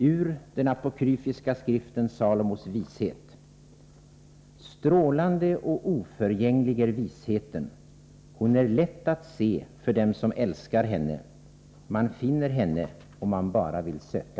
Ur den apokryfiska skriften Salomos vishet: Strålande och oförgänglig är visheten. Hon är lätt att se för dem som älskar henne, man finner henne om man bara vill söka.